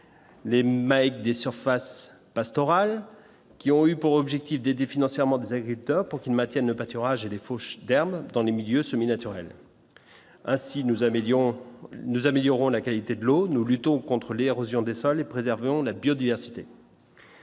les mecs des surfaces pastoral qui ont eu pour objectif d'aider financièrement des agriculteurs pour qu'il maintienne le pâturage et les fauche derme dans les milieux semi-naturels ainsi nous améliorons nous améliorerons la qualité de l'eau, nous luttons contre l'érosion des sols et préserver en la biodiversité.